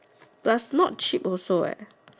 but not cheap also leh